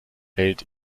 welt